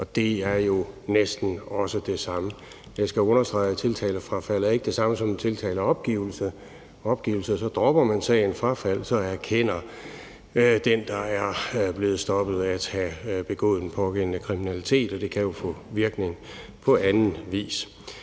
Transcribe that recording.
og det er jo næsten også det samme. Jeg skal understrege, at tiltalefrafald ikke er det samme som tiltaleopgivelse. Ved opgivelse dropper man sagen, ved frafald erkender den, der er blevet stoppet, at have begået den pågældende kriminalitet, og det kan jo få virkning på anden vis.